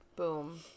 Boom